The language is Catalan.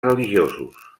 religiosos